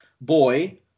boy